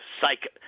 psych –